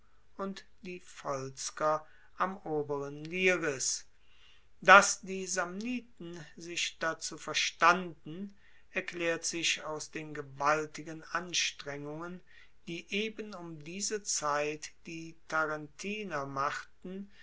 und die volsker am oberen liris dass die samniten sich dazu verstanden erklaert sich aus den gewaltigen anstrengungen die eben um diese zeit die tarentiner machten